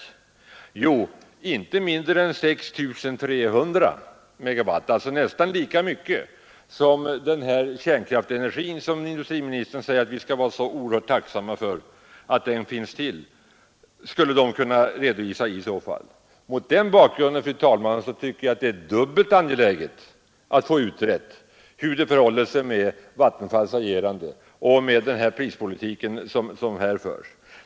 Det betyder inte mindre än 6300 megawatt, och det är nästan lika mycket som kärnkraftsindustrin, som industriministern säger att vi skall vara så oerhört tacksamma för att vi kan komma att producera. Och mot den bakgrunden tycker jag det är dubbelt angeläget att få utrett hur det förhåller sig med Vattenfalls agerande och med den prispolitik man där för.